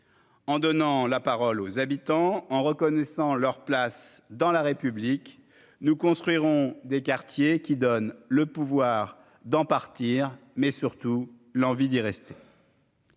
en donnant la parole aux habitants en reconnaissant leur place dans la République, nous construirons des quartiers qui donne le pouvoir d'en partir, mais surtout l'envie d'y rester.